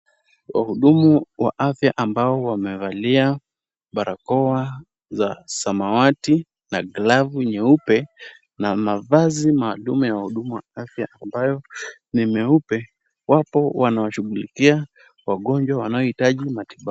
Wahudumu wa afya ambao wamevalia barakoa za samawati na glavu nyeupe na mavazi maalum ya wahudumu wa afya ambayo ni meupe, wapo wanawashughulikia wagonjwa wanaohitaji matibabu.